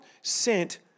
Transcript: sent